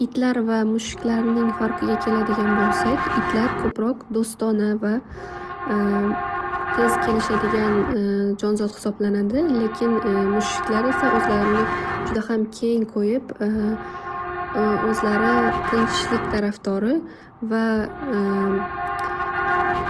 Itlar va mushuklarning farqiga keladigan bo'lsak, itlar ko'proq do'stona va tez kelishadigan jonzod hisoblanadi lekin mushuklar esa o'zlarini juda ham keng qo'yib o'zlari tinchlik tarafdori va